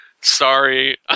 Sorry